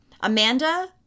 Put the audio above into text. Amanda